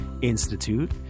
Institute